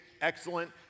Excellent